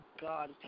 God